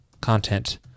content